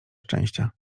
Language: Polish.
szczęścia